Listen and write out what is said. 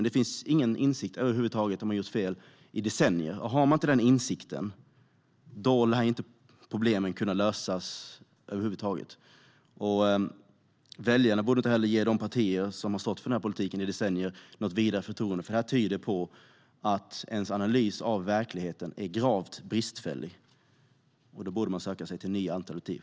Det finns över huvud taget ingen insikt om att man har gjort fel under decennier. Om man inte har denna insikt lär inte problemen kunna lösas över huvud taget. Väljarna borde inte heller ge de partier som har stått för denna politik i decennier något vidare förtroende, för detta tyder på att deras analys av verkligheten är gravt bristfällig. Då borde väljarna söka sig till nya alternativ.